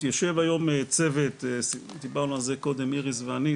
יושב היום צוות דיברנו על זה קודם איריס ואני,